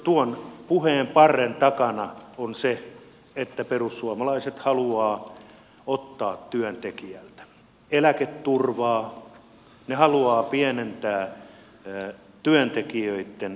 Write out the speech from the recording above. tuon puheenparren takana on se että perussuomalaiset haluavat ottaa työntekijältä eläketurvaa haluavat pienentää työntekijöitten työttömyysturvaa